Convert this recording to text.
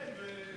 כן.